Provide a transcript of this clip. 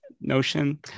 notion